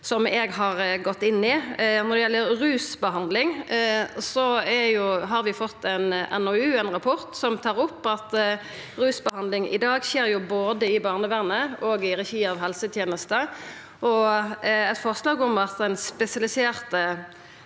som eg har gått inn i. Når det gjeld rusbehandling, har vi fått ei NOU, ein rapport, som tar opp at rusbehandling i dag skjer både i barnevernet og i regi av helsetenesta, og eit forslag om at den spesifiserte